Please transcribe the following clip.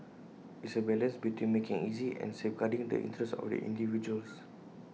it's A balance between making easy and safeguarding the interests of the individuals